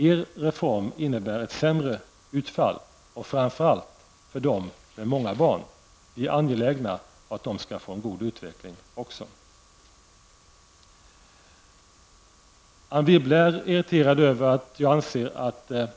Er reform innebär ett sämre utfall, framför allt för dem som har många barn. Vi är angelägna om att även de skall få en god utveckling. Anne Wibble är irriterad över att jag anser att det